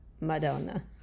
Madonna